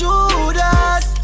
Judas